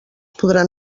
podran